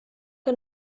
que